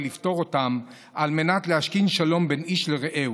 ולפתור אותם על מנת להשכין שלום בין איש לרעהו.